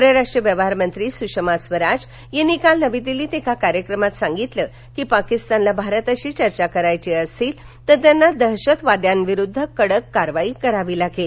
पर्राष्ट्र व्यवहार मंत्री सुषमा स्वराज यांनी काल नवीदिल्लीत एका कार्यक्रमात सांगितलं की पाकिस्तानला भारताशी चर्चा करायची असेल तर त्यांना दहशतवाद्यांविरुद्ध कडक कारवाई करावी लागेल